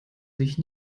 sich